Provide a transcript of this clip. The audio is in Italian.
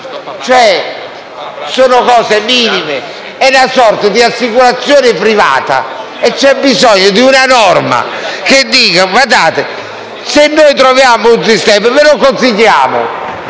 anni. Sono cose minime. È una sorta di assicurazione privata e c'è bisogno di una norma che dica che se noi troviamo un sistema ve lo consentiamo?